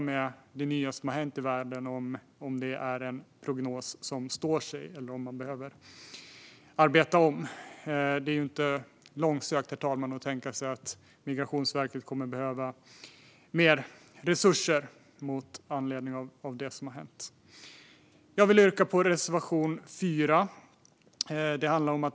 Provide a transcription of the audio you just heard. Med det nya som har hänt i världen får vi följa om det är en prognos som står sig eller om den behöver arbetas om. Det är inte långsökt att tänka sig att Migrationsverket med anledning av det som har hänt kommer att behöva mer resurser, herr talman. Jag vill yrka bifall till reservation 4.